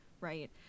right